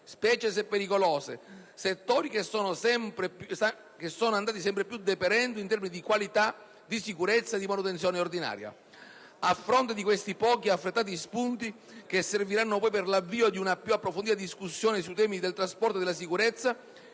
specie se pericolose, settori che sono andati sempre più deperendo in termini di qualità, di sicurezza e di manutenzione ordinaria. A fronte di questi pochi e affrettati spunti, che serviranno poi per l'avvio di una più approfondita discussione sui temi del trasporto e della sicurezza,